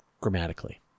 grammatically